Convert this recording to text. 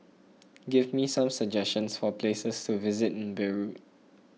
give me some suggestions for places to visit in Beirut